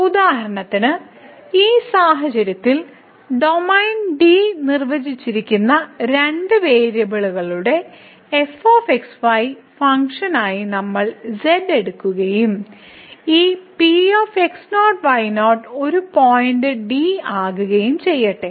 ഉദാഹരണത്തിന് ഈ സാഹചര്യത്തിൽ ഡൊമെയ്ൻ D നിർവചിച്ചിരിക്കുന്ന രണ്ട് വേരിയബിളുകളുടെ fxy ഫംഗ്ഷനായി നമ്മൾ z എടുക്കുകയും ഈ Px0y0 ഒരു പോയിന്റ് D ആകുകയും ചെയ്യട്ടെ